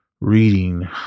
reading